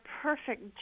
perfect